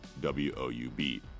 woub